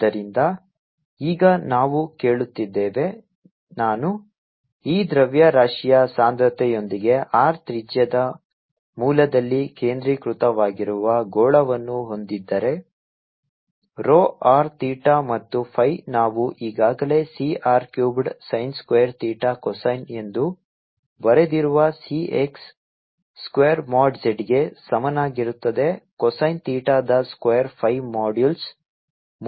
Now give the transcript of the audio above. ಆದ್ದರಿಂದ ಈಗ ನಾವು ಕೇಳುತ್ತಿದ್ದೇವೆ ನಾನು ಈ ದ್ರವ್ಯರಾಶಿಯ ಸಾಂದ್ರತೆಯೊಂದಿಗೆ r ತ್ರಿಜ್ಯದ ಮೂಲದಲ್ಲಿ ಕೇಂದ್ರೀಕೃತವಾಗಿರುವ ಗೋಳವನ್ನು ಹೊಂದಿದ್ದರೆ rho r theta ಮತ್ತು phi ನಾವು ಈಗಾಗಲೇ C r cubed sin square theta cosine ಎಂದು ಬರೆದಿರುವ C x square mod z ಗೆ ಸಮನಾಗಿರುತ್ತದೆ ಕೊಸೈನ್ ಥೀಟಾದ ಸ್ಕ್ವೇರ್ phi ಮಾಡ್ಯುಲಸ್